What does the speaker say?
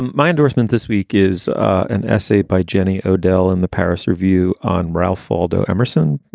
my endorsement this week is an essay by jenny odell in the paris review on ralph waldo emerson.